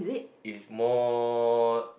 is more